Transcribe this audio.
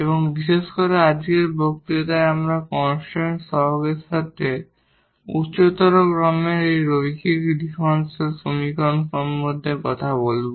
এবং বিশেষ করে আজকের বক্তৃতায় আমরা কনস্ট্যান্ট কোএফিসিয়েন্টের সাথে হাইয়ার অর্ডারের এই লিনিয়ার ডিফারেনশিয়াল সমীকরণ সম্পর্কে কথা বলব